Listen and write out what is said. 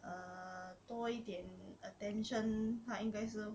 err 多一点 attention 她应该是